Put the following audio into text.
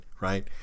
right